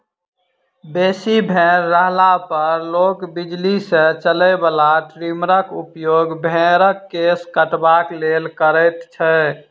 बेसी भेंड़ रहला पर लोक बिजली सॅ चलय बला ट्रीमरक उपयोग भेंड़क केश कटबाक लेल करैत छै